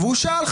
והוא שאל,